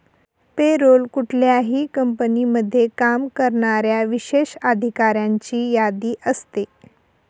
पे roll कुठल्याही कंपनीमध्ये काम करणाऱ्या विशेष अधिकाऱ्यांची यादी असते